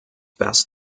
best